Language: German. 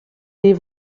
die